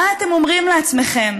מה אתם אומרים לעצמכם